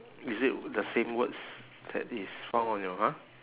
is it the same words that is found on your one